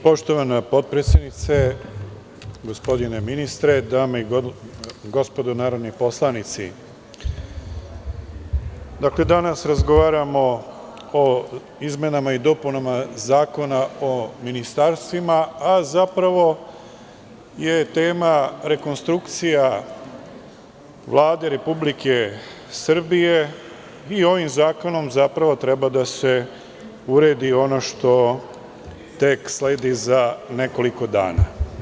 Poštovana potpredsednice, gospodine ministre, dame i gospodo narodni poslanici, danas razgovaramo o izmenama i dopunama Zakona o ministarstvima, a zapravo je tema rekonstrukcija Vlade Republike Srbije i ovim zakonom treba da se uredi ono što tek sledi za nekoliko dana.